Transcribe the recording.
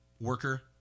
worker